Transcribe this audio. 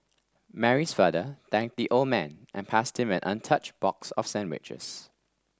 Mary's father thanked the old man and passed him an untouched box of sandwiches